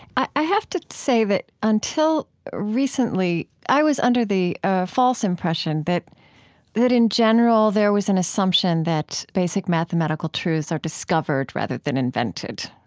i have to say that until recently i was under the ah false impression that that in general there was an assumption that basic mathematical truths are discovered rather than invented,